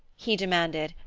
he demanded,